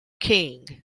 king